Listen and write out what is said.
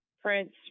Prince